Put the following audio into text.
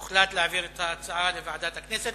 הוחלט להעביר את ההצעות לוועדת הכנסת.